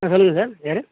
ஆ சொல்லுங்கள் சார் யார்